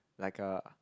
like a